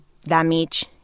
damage